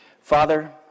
Father